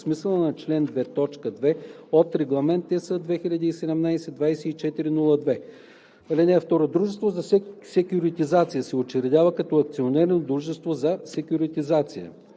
смисъла на чл. 2, т. 2 от Регламент (ЕС) 2017/2402. (2) Дружество за секюритизация се учредява като акционерно дружество за секюритизация.